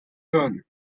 hirn